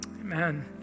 Amen